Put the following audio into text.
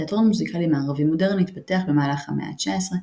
תיאטרון מוזיקלי מערבי מודרני התפתח במהלך המאה ה-19,